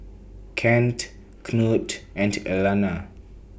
Kent Knute and Elana